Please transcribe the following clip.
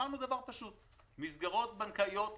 ואמרנו דבר פשוט: מסגרות בנקאיות לבנקים,